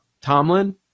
Tomlin